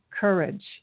courage